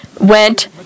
went